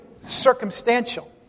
circumstantial